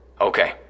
Okay